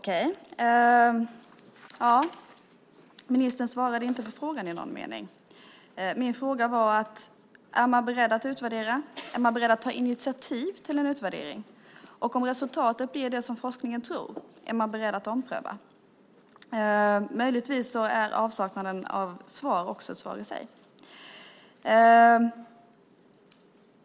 Fru talman! Ministern svarade inte på frågan i någon mening. Min fråga var: Är man beredd att utvärdera, och är man beredd att ta initiativ till en utvärdering? Om resultatet är det som forskningen tror, är man då beredd att ompröva? Möjligtvis är avsaknaden av svar också ett svar i sig.